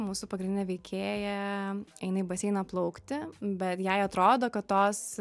mūsų pagrindinė veikėja eina į baseiną plaukti bet jai atrodo kad tos